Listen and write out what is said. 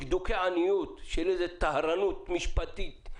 דקדוקי עניות בגלל איזו שהיא טהרנות משפטית,